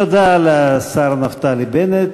תודה לשר נפתלי בנט.